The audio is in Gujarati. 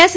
એસ